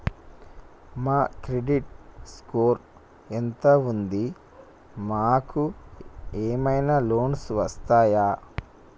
మా credit score ఎంత ఉంది? మాకు ఏమైనా లోన్స్ వస్తయా?